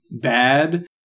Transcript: bad